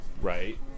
Right